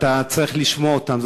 ואתה צריך לשמוע אותם.